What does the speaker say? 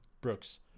Brooks